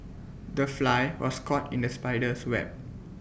the fly was caught in the spider's web